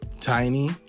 tiny